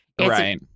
Right